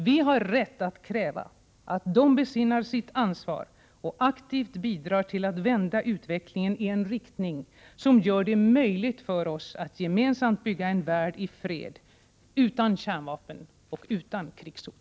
Vi har rätt att kräva att de besinnar sitt ansvar och aktivt bidrar till att vända utvecklingen i en riktning som gör det möjligt för oss att gemensamt bygga en värld i fred, utan kärnvapen och utan krigshot.